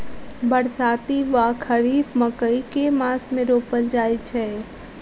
बरसाती वा खरीफ मकई केँ मास मे रोपल जाय छैय?